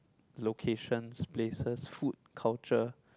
locations places food culture